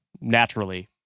naturally